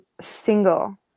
single